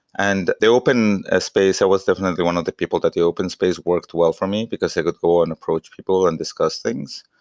and the open ah space, i was definitely one of the people that the open space worked well for me, because i got to and approach people and discuss things.